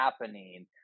happening